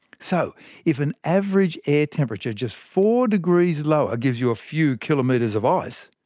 so if an average air temperature just four degrees lower gives you a few kilometres of ice,